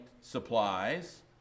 supplies